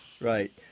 Right